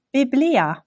Biblia